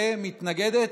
כמתנגדת?